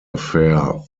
affair